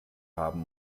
haben